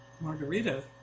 Margarita